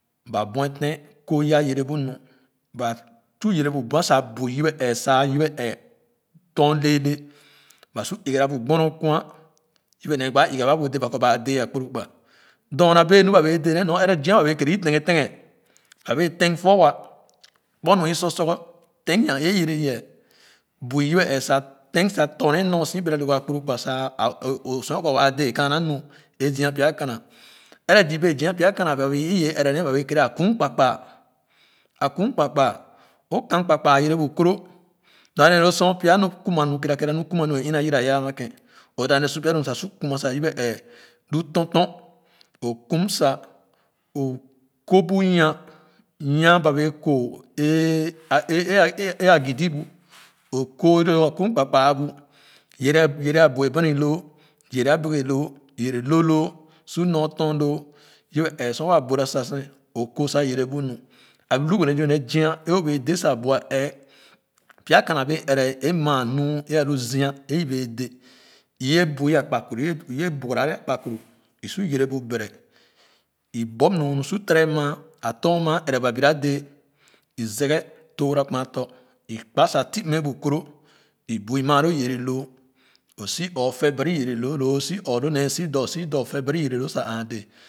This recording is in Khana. Ba buefen kooga yere bu nu ba su yere bu banh sa bui yebe ee sa yebe ee tɔn lẽẽlee ba sor egara bu gbonu kuan yebe nee gbaa iga babẽ ba kɔ ba dẽ akpunikpa dorna bee mu ba dẽ nee nor ere ziab bee keere itegategahba wee teg fuwa kpu nua i sor sorgor teg yan-ee yere yee bui yebe ee sa teg sa tɔn nee nor so bega doo akpurukpa sa o sua kɔ waa de kaana nu ẽ zia pya kana ere zii bee zia pya kana ba wee ẽ iwee ere nee ba wee keere a kim kpakpa a kum kpakpa o kam kpakpa yerw bu koro lo a nee lo sor pya nu kuma nu kerakera nu kuma nu e iha yiraya ama kẽn o dap nee sor pya lo sa su kuma sa yerebe ee lo tɔr tɔr o kum sa o kor bu yan yan ba wee kor ẽ a gidi bu o kor loo akuni kpakpa bugere a bue bani loo yere abeke lo yɛrɛ lõ loo su nor tor loo yebe ɛɛ sor waa buira sa sen o kor sa yere bu no a nu gbene zii é wɛɛ dé sa bua ɛɛ puya kana bee ɛrɛ a maa nu é alu zia é i bee dé iye bui akpakumu iye bugara nee akpakpuru isu yere bu bere i bu nuu nu sor tere maa ɛreba bira dee i zeeghe tuura kuma tɔ i kpa sa to mme bu koro i bui maalo yere lo o si ɔɔ tɛ bari yere loo lo nee sɔ dɔ sɔ dɔ sa fe bari yere nu sa aa dee